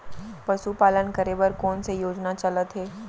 पशुपालन करे बर कोन से योजना चलत हे?